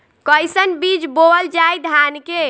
कईसन बीज बोअल जाई धान के?